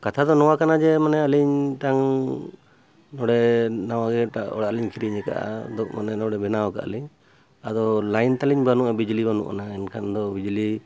ᱠᱟᱛᱷᱟ ᱫᱚ ᱱᱚᱣᱟ ᱠᱟᱱᱟ ᱡᱮ ᱢᱟᱱᱮ ᱟᱹᱞᱤᱧ ᱢᱤᱫᱴᱟᱝ ᱱᱚᱸᱰᱮ ᱱᱟᱣᱟᱜᱮ ᱢᱤᱫᱴᱟᱝ ᱚᱲᱟᱜ ᱞᱤᱧ ᱠᱤᱨᱤᱧ ᱟᱠᱟᱫᱟ ᱢᱟᱱᱮ ᱱᱚᱸᱰᱮ ᱵᱮᱱᱟᱣ ᱟᱠᱟᱫᱟᱞᱤᱧ ᱟᱫᱚ ᱞᱟᱭᱤᱱ ᱛᱟᱞᱤᱧ ᱵᱟᱹᱱᱩᱜᱼᱟ ᱵᱤᱡᱽᱞᱤ ᱵᱟᱹᱱᱩᱜᱼᱟ ᱮᱱᱠᱷᱟᱱ ᱫᱚ ᱵᱤᱡᱽᱞᱤ